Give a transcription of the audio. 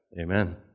Amen